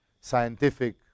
scientific